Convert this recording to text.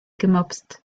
gemopst